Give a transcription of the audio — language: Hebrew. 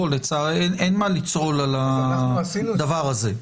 אין מה לצהול על הדבר הזה.